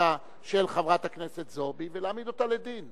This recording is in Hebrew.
חסינותה של חברת הכנסת זועבי ולהעמיד אותה לדין,